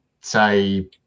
say